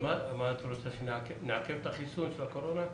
אז את רוצה שנעכב את החיסון של הקורונה?